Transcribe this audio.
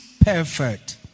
perfect